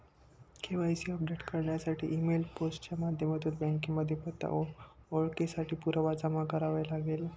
KYC update करण्यासाठी email, post च्या माध्यमातून बँकेमध्ये पत्ता, ओळखेसाठी पुरावा जमा करावे लागेल